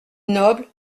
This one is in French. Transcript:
nobles